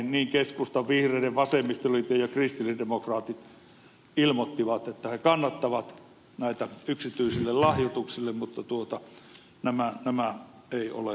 niin keskusta vihreät vasemmistoliitto kuin kristillisdemokraatit ilmoittivat että he kannattavat kattoa yksityisille lahjoituksille mutta tämä ei ole toteutunut